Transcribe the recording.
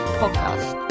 podcast